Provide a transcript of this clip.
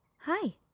Hi